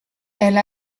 elle